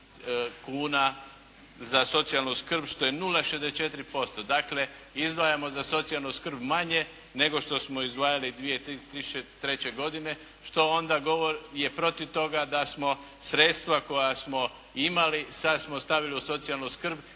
kuna za socijalnu skrb, što je 0,64%. Dakle, izdvajamo za socijalnu skrb manje nego što smo izdvajali 2003. godine, što onda govori protiv toga da smo sredstva koja smo imali, sad smo stavili u socijalnu skrb